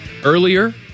earlier